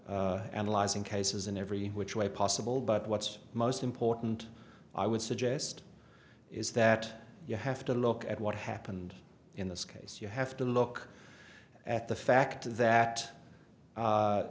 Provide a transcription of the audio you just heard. analyzing cases in every which way possible but what's most important i would suggest is that you have to look at what happened in this case you have to look at the fact that